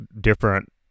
different